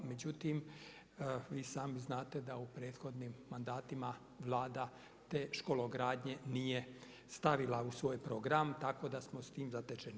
Međutim, vi i sami znate da u prethodnim mandatima Vlada te škologradnje nije stavila u svoj program tako da smo s tim zatečeni.